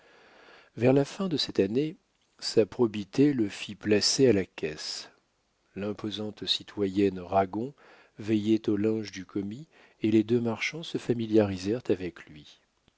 vers la fin de cette année sa probité le fit placer à la caisse l'imposante citoyenne ragon veillait au linge du commis et les deux marchands se familiarisèrent avec lui